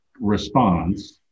response